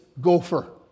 gopher